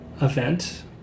event